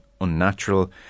unnatural